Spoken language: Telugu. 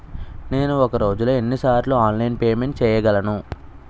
నేను ఒక రోజులో ఎన్ని సార్లు ఆన్లైన్ పేమెంట్ చేయగలను?